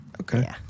okay